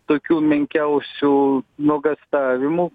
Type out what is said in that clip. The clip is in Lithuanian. tokių menkiausių nuogąstavimų